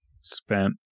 spent